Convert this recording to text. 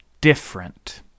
different